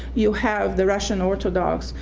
you have the russian orthodox,